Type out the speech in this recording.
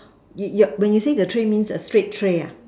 when you say the tray means a straight tray